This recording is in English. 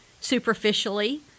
superficially